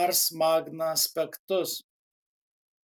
ars magna aspektus